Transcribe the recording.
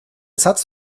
satz